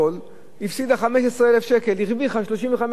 הפסידה 15,000 שקל והרוויחה 35,000 שקל.